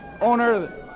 owner